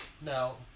Now